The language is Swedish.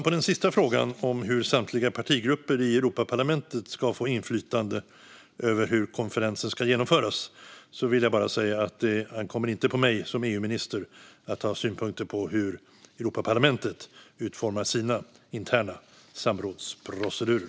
På den sista frågan om hur samtliga partigrupper i Europaparlamentet ska få inflytande över hur konferensen ska genomföras vill jag bara säga att det inte ankommer på mig som EU-minister att ha synpunkter på hur Europaparlamentet utformar sina interna samrådsprocedurer.